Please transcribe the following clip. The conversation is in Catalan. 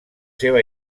seva